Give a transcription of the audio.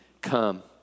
come